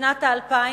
בשנות האלפיים,